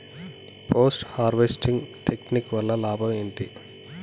Post harvesting technique వల్ల లాభం ఏంటి?